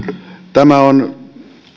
tämä on